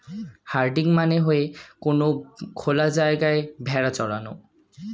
herding মানে হয়ে কোনো খোলা জায়গায় ভেড়া চরানো